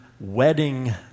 wedding